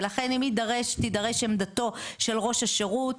ולכן אם תידרש עמדתו של ראש השירות,